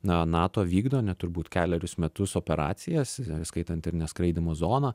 na nato vykdo net turbūt kelerius metus operacijas įskaitant ir neskraidymo zoną